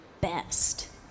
best